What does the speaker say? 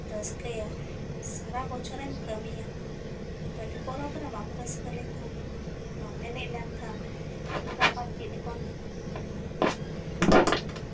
ᱨᱟᱹᱥᱠᱟᱹᱭᱟ ᱥᱟᱨᱟ ᱵᱚᱪᱷᱚᱨᱮᱢ ᱠᱟᱹᱢᱤᱭᱟ ᱯᱟᱞᱤ ᱯᱚᱨᱚᱵ ᱨᱮ ᱵᱟᱢ ᱨᱟᱹᱥᱠᱟᱹ ᱞᱮᱠᱷᱟᱱ ᱵᱟᱢ ᱮᱱᱮᱡ ᱞᱮᱱᱠᱷᱟᱱ ᱱᱤᱭᱟᱹ ᱫᱚ ᱟᱵᱟᱨ ᱪᱮᱫ ᱞᱮᱠᱟᱱ ᱡᱤᱵᱚᱱ